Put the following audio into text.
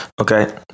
Okay